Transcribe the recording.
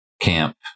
camp